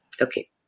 Okay